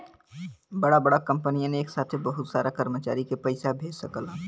बड़ा बड़ा कंपनियन एक साथे बहुत सारा कर्मचारी के पइसा भेज सकलन